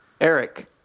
Eric